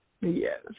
Yes